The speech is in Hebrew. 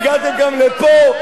הגעתם גם לפה,